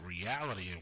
reality